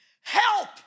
Help